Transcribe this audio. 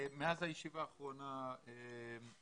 מאז הישיבה האחרונה התקיימו